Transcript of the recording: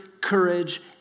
courage